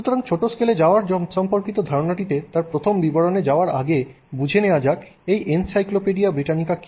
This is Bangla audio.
সুতরাং ছোট স্কেলে যাওয়ার সম্পর্কিত ধারণাটিতে তার প্রথম বিবরণে যাবার আগে বুঝে নেওয়া যাক এনসাইক্লোপিডিয়া ব্রিটানিকা কি